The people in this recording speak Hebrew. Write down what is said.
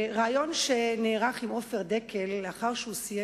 בריאיון שנערך עם עופר דקל לאחר שהוא סיים